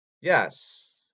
Yes